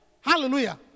Hallelujah